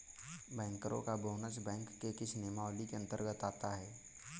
बैंकरों का bonus bank के किस नियमावली के अंतर्गत आता है?